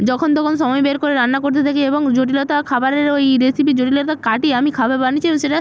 যখন তখন সময় বের করে রান্না করতে থাকি এবং জটিলতা খাবারের ওই রিসিপির জটিলতা কাটিয়ে আমি খাবার বানিয়েছি এবং সেটা